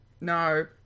No